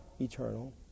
eternal